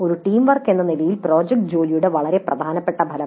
ഒരു team work എന്ന നിലയിൽ പ്രോജക്റ്റ് ജോലിയുടെ വളരെ പ്രധാനപ്പെട്ട ഫലം